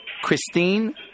Christine